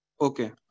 Okay